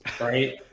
Right